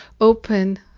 open